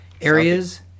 areas